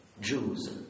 Jews